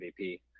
MVP